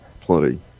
plenty